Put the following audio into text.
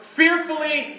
fearfully